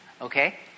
Okay